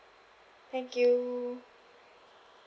thank you